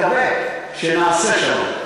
ואני מקווה שנעשה שלום.